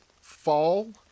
fall